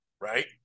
right